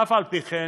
אף-על-פי-כן,